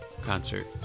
concert